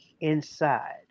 Inside